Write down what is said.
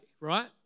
Right